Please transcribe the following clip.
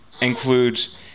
includes